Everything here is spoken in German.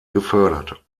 gefördert